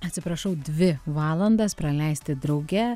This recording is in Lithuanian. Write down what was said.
atsiprašau dvi valandas praleisti drauge